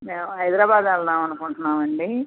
మేము హైదరాబాద్ వెళదామని అనుకుంటున్నాము అండి